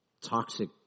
toxic